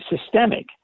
systemic